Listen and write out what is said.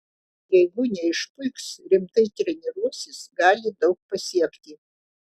jeigu neišpuiks rimtai treniruosis gali daug pasiekti